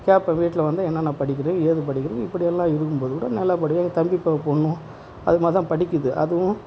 கேட்போம் வீட்டில் வந்து என்னன்ன படிக்கிறே ஏது படிக்கணும் இப்படி எல்லாம் இருக்கும் போது கூட நல்லா படி எங்கள் தம்பி பொண்ணும் அது மாதிரி தான் படிக்கிது அதுவும்